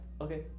Okay